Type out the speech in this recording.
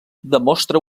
demostra